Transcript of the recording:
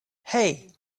hey